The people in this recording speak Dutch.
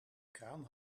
kraan